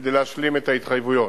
כדי להשלים את ההתחייבויות.